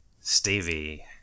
Stevie